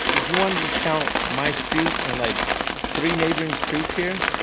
if you want to just count my street and like three neighboring streets here,